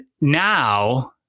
now